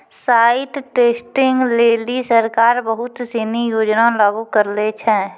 site testing लेलि सरकार बहुत सिनी योजना लागू करलें छै